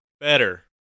Better